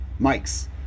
Mike's